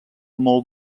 molt